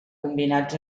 combinats